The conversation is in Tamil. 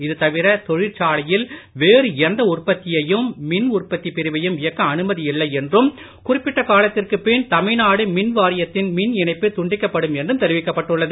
இது தவிர தொழிற்சாலையில் வேறு எந்த உற்பத்தியையும் மின் உற்பத்தி பிரிவையும் இயக்க அனுமதி இல்லை என்றும் குறிப்பிட்ட காலத்திற்கு பின் தமிழ்நாடு மின் வாரியத்தின் மின் இணைப்பு துண்டிக்கப்படும் என்றும் தெரிவிக்கப்பட்டுள்ளது